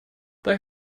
they